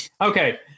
okay